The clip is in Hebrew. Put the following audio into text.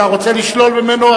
אתה רוצה לשלול ממנו?